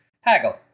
haggle